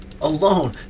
alone